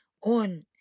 on